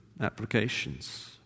applications